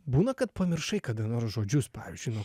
būna kad pamiršai kada nors žodžius pavyzdžiui nu